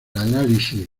análisis